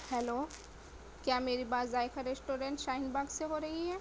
hello کیا میری بات ذائقہ ریسٹورنٹ شاہین باغ سے ہو رہی ہے